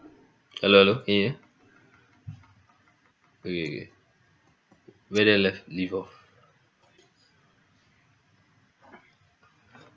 hello hello can you hear okay okay where did I left leave off